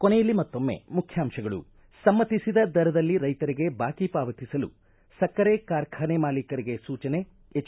ಕೊನೆಯಲ್ಲಿ ಮತ್ತೊಮ್ಮೆ ಮುಖ್ಯಾಂಶಗಳು ಸಮ್ನತಿಸಿದ ದರದಲ್ಲಿ ರೈತರಿಗೆ ಬಾಕಿ ಪಾವತಿಸಲು ಸಕ್ಕರೆ ಕಾರ್ಖಾನೆ ಮಾಲಿಕರಿಗೆ ಸೂಚನೆ ಎಚ್